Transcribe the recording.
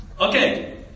Okay